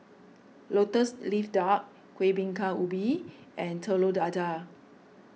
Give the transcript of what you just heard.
Lotus Leaf Duck Kueh Bingka Ubi and Telur Dadah